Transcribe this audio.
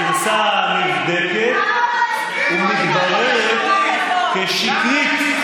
הגרסה נבדקת ומתבררת כשקרית.